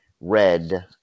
red